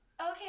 Okay